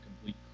complete